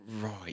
Right